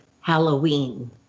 Halloween